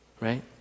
right